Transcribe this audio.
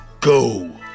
Go